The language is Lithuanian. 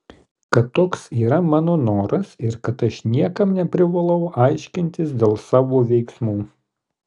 kad toks yra mano noras ir kad aš niekam neprivalau aiškintis dėl savo veiksmų